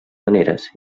maneres